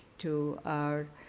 to our